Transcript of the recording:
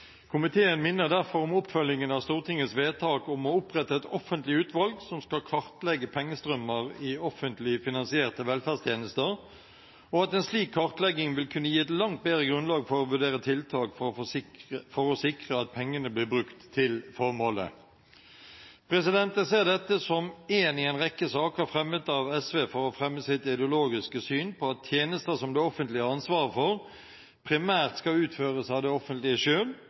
Komiteen minner derfor om oppfølgingen av Stortingets vedtak om å opprette et offentlig utvalg som skal kartlegge pengestrømmer i offentlig finansierte velferdstjenester, og at en slik kartlegging vil kunne gi et langt bedre grunnlag for å vurdere tiltak for å sikre at pengene blir brukt til formålet. Jeg ser dette som én i en rekke saker fremmet av SV for å fremme sitt ideologiske syn på at tjenester som det offentlige har ansvaret for, primært skal utføres av det offentlige